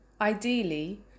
Ideally